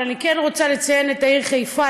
אבל אני כן רוצה לציין את העיר חיפה.